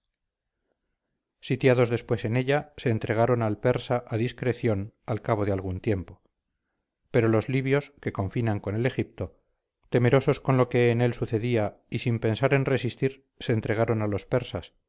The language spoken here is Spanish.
plaza sitiados después en ella se entregaron al persa a discreción al cabo de algún tiempo pero los libios que confinan con el egipto temerosos con lo que en él sucedía sin pensar en resistir se entregaron a los persas